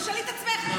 תשאלי את עצמך.